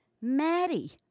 Maddie